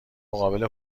مقابل